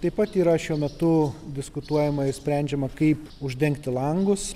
taip pat yra šiuo metu diskutuojama ir sprendžiama kaip uždengti langus